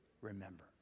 Remember